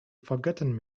forgotten